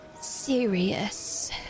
serious